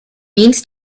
means